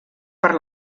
per